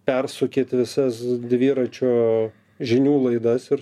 persukit visas dviračio žinių laidas ir